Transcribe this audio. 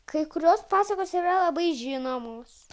kai kurios pasakos yra labai žinomos